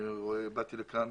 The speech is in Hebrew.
באתי לכאן